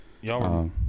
y'all